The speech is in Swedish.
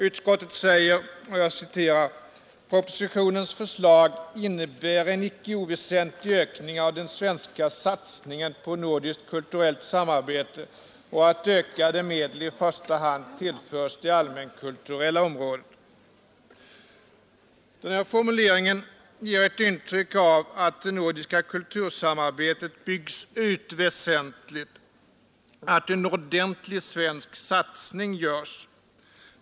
Utskottet säger: ”Propositionens förslag innebär en icke oväsentlig ökning av den svenska satsningen på nordiskt kulturellt samarbete och att ökade medel i första hand tillförs det allmänkulturella området.” Denna formulering ger ett intryck av att det nordiska kultursamarbetet byggs ut väsentligt, att en ordentlig svensk satsning görs.